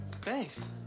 thanks